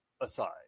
aside